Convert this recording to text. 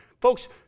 Folks